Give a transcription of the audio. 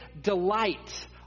delight